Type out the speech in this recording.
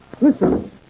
Listen